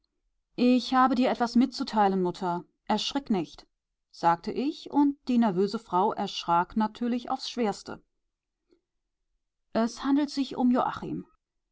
ich habe dir etwas mitzuteilen mutter erschrick nicht sagte ich und die nervöse frau erschrak natürlich aufs schwerste es handelt sich um